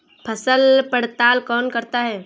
फसल पड़ताल कौन करता है?